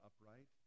upright